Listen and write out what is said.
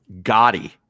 Gotti